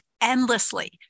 endlessly